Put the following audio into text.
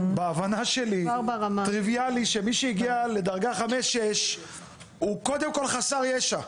בהבנה שלי טריוויאלי שמי שהגיע לדרגה 6-5 הוא קודם כול חסר ישע.